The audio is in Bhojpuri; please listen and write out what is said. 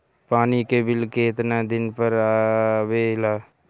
पानी के बिल केतना दिन पर आबे ला?